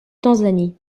tanzanie